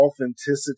authenticity